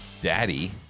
Daddy